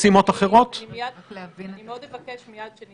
אני לא קובע קטגורית שום חסם ושום בלם,